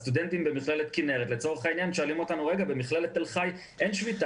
הסטודנטים במכללת כנרת אומרים לנו שבמכללת תל חי אין שביתה